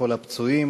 לכל הפצועים,